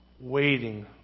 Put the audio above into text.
Waiting